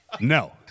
No